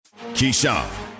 Keyshawn